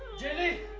ginny,